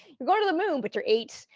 you're going to the moon, but you're eight.